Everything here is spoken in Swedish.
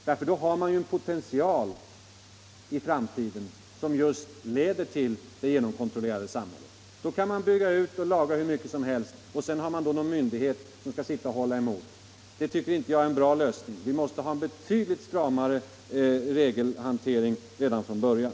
Då har man ju byggt upp en potential i framtiden som just kan leda till det genomkontrollerade samhället. Då kan man bygga ut och lagra hur mycket som helst, och sedan finns det någon myndighet som skall sitta och hålla emot. Det tycker inte jag är en bra lösning. Vi måste ha en betydligt stramare regelhantering redan från början.